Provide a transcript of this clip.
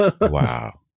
Wow